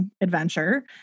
adventure